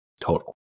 total